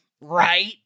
right